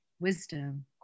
wisdom